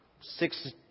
six